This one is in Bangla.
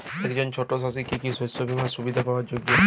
একজন ছোট চাষি কি কি শস্য বিমার সুবিধা পাওয়ার যোগ্য?